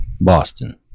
Boston